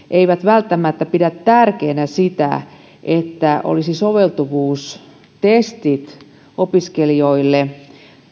eivät välttämättä pidä tärkeänä sitä että olisi soveltuvuustestit opiskelijoille